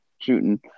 shooting